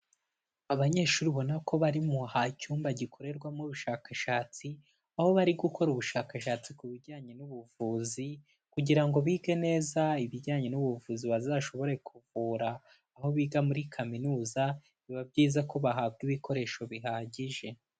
Abanyeshuri ubona ko bari mu cyumba gikorerwamo ubushakashatsi. Aho bari gukora ubushakashatsi ku bijyanye n'ubuvuzi, kugira ngo bige neza ibijyanye n'ubu buvuzi bazashobore kuvura, aho biga muri kaminuza. Biba byiza ko bahabwa ibikoresho bihagije.